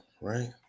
right